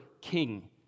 king